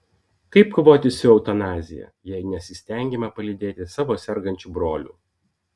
kaip kovoti su eutanazija jei nesistengiama palydėti savo sergančių brolių